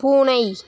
பூனை